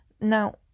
Now